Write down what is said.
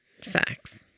Facts